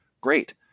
great